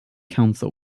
counsel